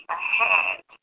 ahead